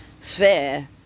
sphere